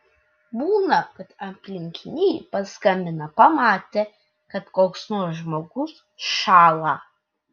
būna kad aplinkiniai paskambina pamatę kad koks nors žmogus šąla